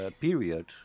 period